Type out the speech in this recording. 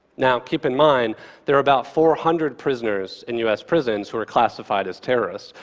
now, keep in mind there are about four hundred prisoners in us prisons who are classified as terrorists,